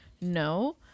no